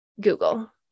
Google